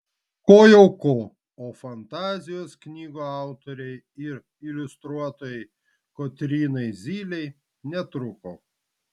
ko jau ko o fantazijos knygų autorei ir iliustruotojai kotrynai zylei netrūko